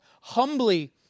humbly